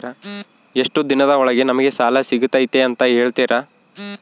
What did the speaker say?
ಎಷ್ಟು ದಿನದ ಒಳಗೆ ನಮಗೆ ಸಾಲ ಸಿಗ್ತೈತೆ ಅಂತ ಹೇಳ್ತೇರಾ?